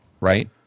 right